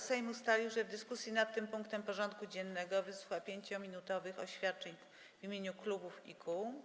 Sejm ustalił, że w dyskusji nad tym punktem porządku dziennego wysłucha 5-minutowych oświadczeń w imieniu klubów i kół.